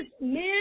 men